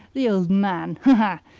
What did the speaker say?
the old man! ha, ha,